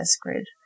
grid